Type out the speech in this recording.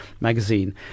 magazine